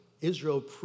Israel